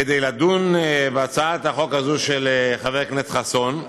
כדי לדון בהצעת החוק הזו של חבר הכנסת חסון.